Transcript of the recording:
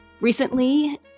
recently